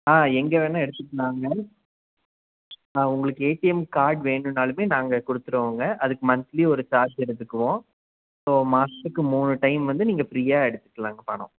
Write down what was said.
ஆ எங்கே வேணா எடுத்துக்கலாம்ங்க ஆ உங்களுக்கு ஏடிஎம் கார்டு வேணும்னாலுமே நாங்கள் கொடுத்துடுவோங்க அதுக்கு மன்த்லி ஒரு சார்ஜ் எடுத்துக்குவோம் ஸோ மாதத்துக்கு மூணு டைம் வந்து நீங்கள் ஃபிரீயாக எடுத்துக்கலாம்ங்க பணம்